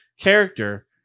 character